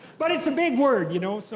but it's a big word, you know? so